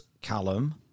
Callum